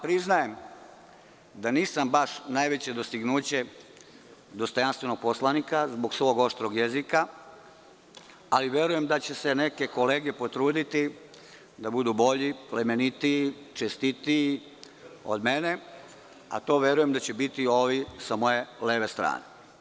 Priznajem da nisam baš najveće dostignuće dostojanstvenog poslanika zbog svog oštrog jezika, ali verujem da će se neke kolege potruditi da budu bolji, plemenitiji i čestitiji od mene, a to verujem da će biti ovi sa moje leve strane.